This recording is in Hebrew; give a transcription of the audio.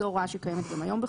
לעניין זה,